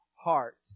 heart